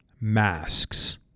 masks